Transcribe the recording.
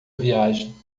viagem